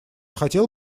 хотел